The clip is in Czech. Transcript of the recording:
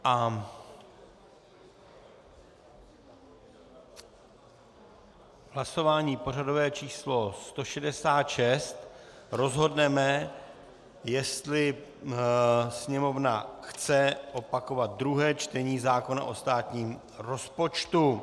V hlasování pořadové číslo 166 rozhodneme, jestli Sněmovna chce opakovat druhé čtení zákona o státním rozpočtu.